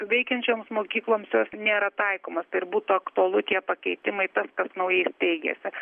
veikiančioms mokykloms jos nėra taikomos tai ir būtų aktualu tie pakeitimai tas kas naujai steigiasi